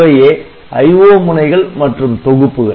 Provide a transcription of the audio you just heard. இவையே IO முனைகள் மற்றும் தொகுப்புகள்